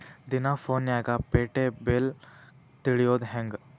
ದಿನಾ ಫೋನ್ಯಾಗ್ ಪೇಟೆ ಬೆಲೆ ತಿಳಿಯೋದ್ ಹೆಂಗ್?